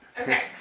Okay